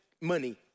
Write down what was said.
money